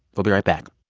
we'll be right back